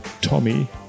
Tommy